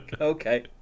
okay